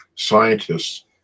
scientists